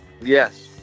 Yes